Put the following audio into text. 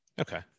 Okay